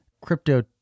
crypto